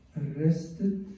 arrested